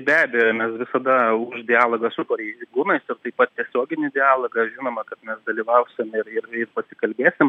be abejo mes visada už dialogą su pareigūnais ir taip pat tiesioginį dialogą žinoma kad mes dalyvausim ir ir ir pasikalbėsim